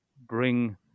bring